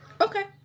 Okay